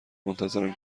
منتظرم